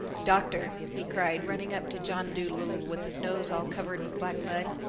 doctor, he cried, running up to john dolittle with his nose all covered with black mud,